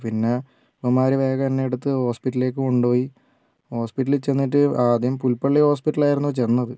പിന്നെ ഇവന്മാർ വേഗം എന്നെ എടുത്ത് ഹോസ്പിറ്റലിലേക്ക് കൊണ്ടുപോയി ഹോസ്പിറ്റലിൽ ചെന്നിട്ട് ആദ്യം പുൽപള്ളി ഹോസ്പിറ്റലിൽ ആയിരുന്നു ചെന്നത്